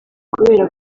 kubera